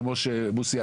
כמו שמוסי,